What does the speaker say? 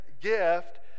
gift